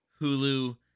Hulu